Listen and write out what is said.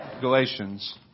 Galatians